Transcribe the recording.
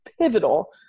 pivotal